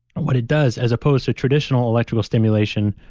what it does as opposed to traditional electrical stimulation,